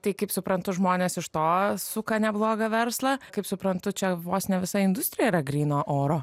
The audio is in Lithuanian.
tai kaip suprantu žmonės iš to suka neblogą verslą kaip suprantu čia vos ne visa industrija yra gryno oro